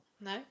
No